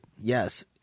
Yes